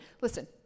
Listen